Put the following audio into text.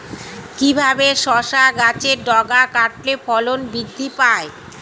কিভাবে শসা গাছের ডগা কাটলে ফলন বৃদ্ধি পায়?